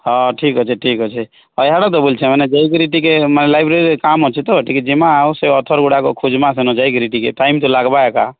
ହଁ ଠିକ୍ ଅଛେ ଠିକ୍ ଅଛେ ଆଉ ହେଟା ତ ବୋଲଛ ମାନେ ଯାଇକରି ଟିକେ ମାନେ ଲାଇବ୍ରେରୀରେ କାମ ଅଛେ ତ ଟିକେ ଜିମା ଆଉ ସେ ଅଥର ଗୁଡ଼ାକ ଖୋଜିମା କେନ ଯାଇକରି ଟିକେ ଟାଇମ୍ ତ ଲାଗିବା ଏକା